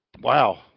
Wow